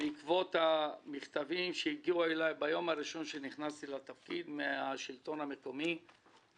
בעקבות המכתבים שהגיעו אליי מן השלטון המקומי